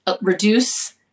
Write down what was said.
reduce